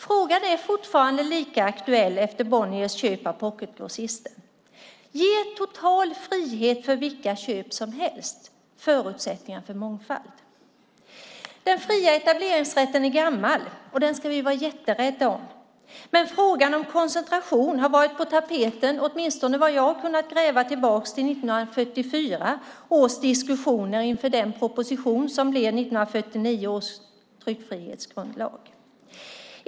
Frågan är fortfarande lika aktuell efter Bonniers köp av Pocketgrossisten. Ger total frihet för vilka köp som helst förutsättningar för mångfald? Den fria etableringsrätten är gammal, och den ska vi vara jätterädda om. Men frågan om koncentration har varit på tapeten åtminstone - så långt tillbaka som jag har kunnat gräva - sedan 1944 års diskussioner inför den proposition som blev 1949 års tryckfrihetsgrundlag.